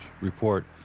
Report